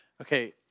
Okay